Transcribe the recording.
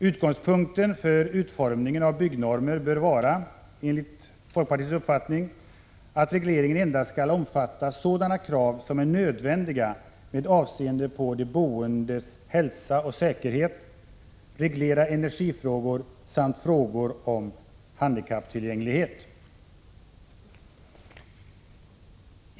Utgångspunkten för utformningen av byggnormer bör enligt folkpartiets uppfattning vara att regleringen endast skall omfatta sådana krav som är nödvändiga med avseende på de boendes hälsa och säkerhet samt energifrågor och frågor om handikapptillgänglighet.